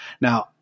Now